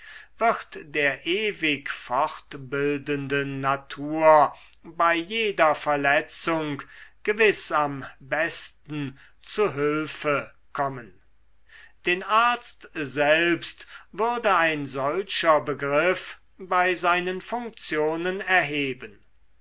wird der ewig fortbildenden natur bei jeder verletzung gewiß am besten zu hülfe kommen den arzt selbst würde ein solcher begriff bei seinen funktionen erheben